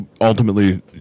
ultimately